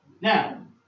Now